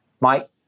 Mike